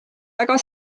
väga